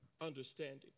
understanding